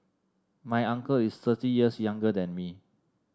my uncle is thirty years younger than me